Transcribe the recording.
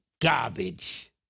garbage